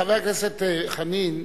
חבר הכנסת חנין,